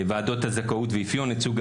האם מדברים על זה?